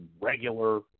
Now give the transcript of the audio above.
regular